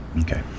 Okay